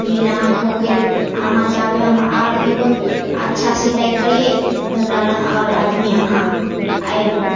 फेर अहाँके हो गेल अहाँ चाहबै हम आओर इहो अच्छा सिलाइ करिए जे हमरा लग आओर आदमी अहाँ आएब